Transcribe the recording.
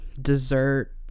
dessert